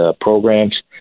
programs